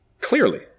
Clearly